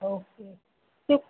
okay तुका